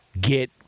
get